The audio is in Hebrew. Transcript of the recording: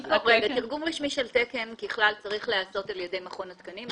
תרגום רשמי של תקן ככלל צריך להיעשות על ידי מכון התקנים.